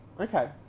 Okay